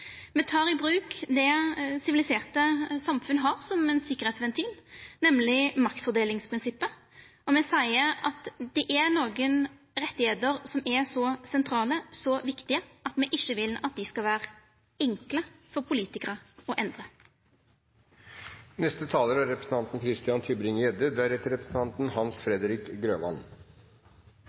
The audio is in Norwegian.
me her definerer. Me tek i bruk det siviliserte samfunn har som ein sikkerheitsventil, nemleg maktfordelingsprinsippet, og me seier at det er nokre rettar som er så sentrale, så viktige, at me ikkje vil at dei skal vera enkle for politikarar å